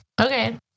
Okay